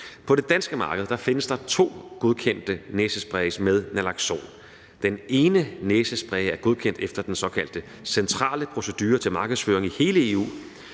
På det danske marked findes der to godkendte næsespray med naloxon. Den ene næsespray er godkendt efter den såkaldte centrale procedure til markedsføring i hele EU.